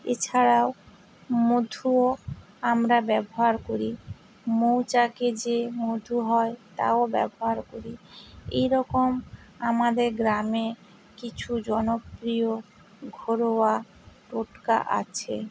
এছাড়াও মধুও আমরা ব্যবহার করি মৌচাকে যে মধু হয় তাও ব্যবহার করি এই রকম আমাদের গ্রামে কিছু জনপ্রিয় ঘরোয়া টোটকা আছে